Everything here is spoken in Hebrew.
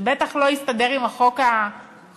זה בטח לא הסתדר עם תיקוןן חוק-היסוד